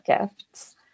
gifts